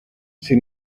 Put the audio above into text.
she